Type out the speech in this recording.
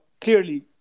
clearly